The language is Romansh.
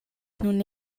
nun